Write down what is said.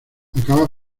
acaba